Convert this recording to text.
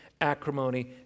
acrimony